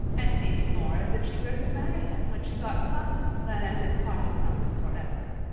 and seeming more as if she were to marry him when she got to london than as if parted from him for ever.